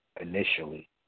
initially